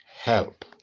help